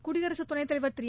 குடியரசுத்துணைத் தலைவர் திரு